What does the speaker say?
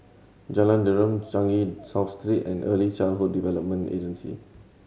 Jalan Derum Changi South Street and Early Childhood Development Agency